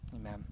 Amen